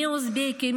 מי אוזבקי,